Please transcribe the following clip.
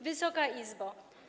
Wysoka Izbo!